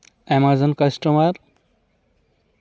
amazon customer